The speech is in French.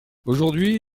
aujourd’hui